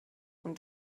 und